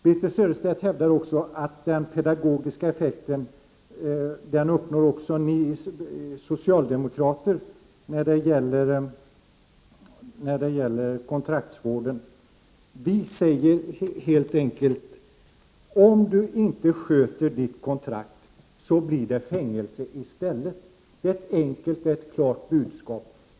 Birthe Sörestedt hävdar att också socialdemokraterna uppnår den pedagogiska effekten när det gäller kontraktsvården. Vi säger helt enkelt: Om du inte sköter ditt kontrakt, blir det fängelse i stället. Det är ett enkelt, klart 73 budskap.